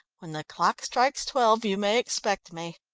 when the clock strikes twelve you may expect me.